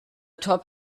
top